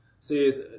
says